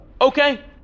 Okay